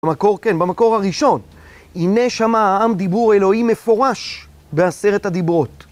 במקור, כן, במקור הראשון, הנה שמע העם דיבור אלוהים מפורש בעשרת הדיברות.